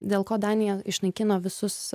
dėl ko danija išnaikino visus